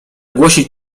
głosić